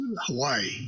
Hawaii